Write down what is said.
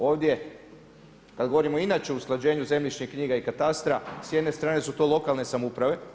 Ovdje kada govorimo inače o usklađenju zemljišnih knjiga i katastra, s jedne strane su to lokalne samouprave.